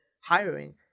hiring